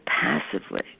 passively